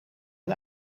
een